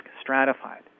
stratified